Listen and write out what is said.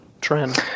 trend